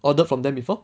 ordered from them before